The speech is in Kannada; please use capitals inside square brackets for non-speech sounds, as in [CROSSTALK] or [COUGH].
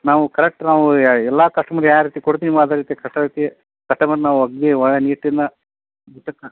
ನಾವು ಕರೆಕ್ಟ್ ನಾವು ಎಲ್ಲ ಕಸ್ಟಮರ್ ಯಾ ರೀತಿ ಕೊಡ್ತೀವಿ ನಿಮ್ಗೆ ಅದೇ ರೀತಿ [UNINTELLIGIBLE] ಕಸ್ಟಮರನ್ನ [UNINTELLIGIBLE]